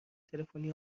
تلفنی